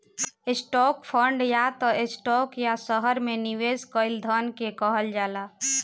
stock fund या त stock या शहर में निवेश कईल धन के कहल जाला